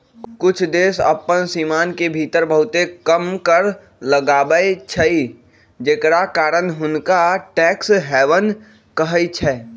कुछ देश अप्पन सीमान के भीतर बहुते कम कर लगाबै छइ जेकरा कारण हुंनका टैक्स हैवन कहइ छै